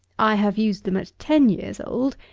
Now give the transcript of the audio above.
i have used them at ten years old,